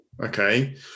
okay